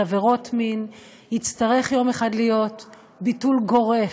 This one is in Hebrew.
על עבירות מין יצטרך יום אחד להיות ביטול גורף,